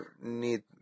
need